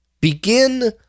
begin